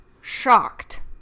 shocked